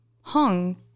hung